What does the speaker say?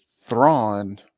Thrawn